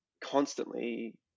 constantly